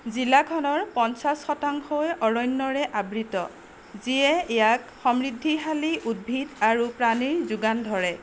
জিলাখনৰ পঞ্চাছ শতাংশই অৰণ্যৰে আবৃত যিয়ে ইয়াক সমৃদ্ধিশালী উদ্ভিদ আৰু প্ৰাণীৰ যোগান ধৰে